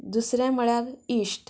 दुसरें म्हळ्यार इश्ट